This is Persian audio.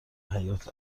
حیات